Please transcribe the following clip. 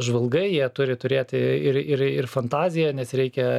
žvalgai jie turi turėti ir ir ir fantaziją nes reikia